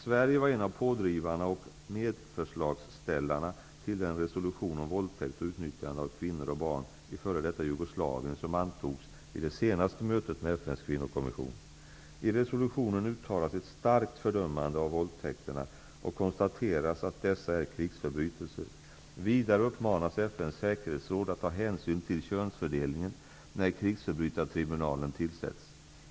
Sverige var en av pådrivarna och förslagsställarna till den resolution om våldtäkt och utnyttjande av kvinnor och barn i f.d. Jugoslavien som antogs vid det senaste mötet med FN:s kvinnokommission. I resolutionen uttalas ett starkt fördömande av våldtäkterna och konstateras att dessa är krigsförbrytelser. Vidare uppmanas FN:s säkerhetsråd att ta hänsyn till könsfördelningen när krigsförbrytartribunalen tillsätts.